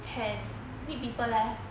can need people leh